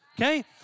okay